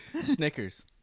Snickers